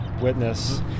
Witness